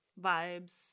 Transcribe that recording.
Vibes